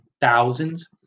thousands